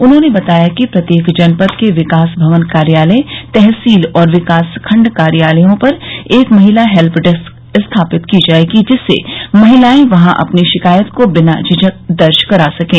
उन्होंने बताया कि प्रत्येक जनपद के विकास भवन कार्यालय तहसील और विकास खंड कार्यालयों पर एक महिला हेल्य डेस्क स्थापित की जायेगी जिससे महिलाएं वहां अपनी शिकायत को बिना झिझक दर्ज करा सकें